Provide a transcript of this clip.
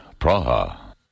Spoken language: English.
Praha